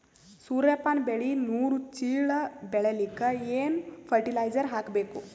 ಸೂರ್ಯಪಾನ ಬೆಳಿ ನೂರು ಚೀಳ ಬೆಳೆಲಿಕ ಏನ ಫರಟಿಲೈಜರ ಹಾಕಬೇಕು?